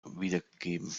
wiedergegeben